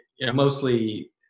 mostly